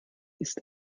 ist